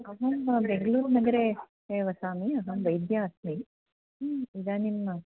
अहं बेङ्गलूरुनगरे वसामि अहं वैद्या अस्मि इदानीम्